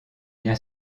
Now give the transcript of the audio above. bien